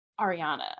ariana